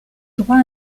droit